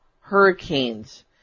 hurricanes